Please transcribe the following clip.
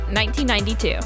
1992